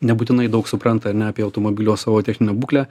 nebūtinai daug supranta ar ne apie automobilio savo techninę būklę